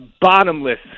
bottomless